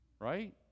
right